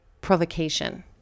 provocation